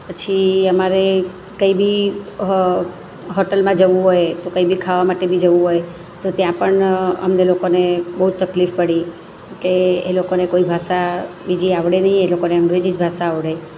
પછી અમારે કંઈ બી હોટલમાં જવું હોય તો કંઈ બી ખાવા માટે જવું હોય તો ત્યાં પણ અમને લોકોને બહુ તકલીફ પડી કે એ લોકોને કોઈ ભાષા બીજી આવડે નહીં એ લોકોને અંગ્રેજી જ ભાષા આવડે